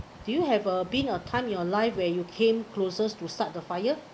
do you have a being a time in your life where you came closest to start the fire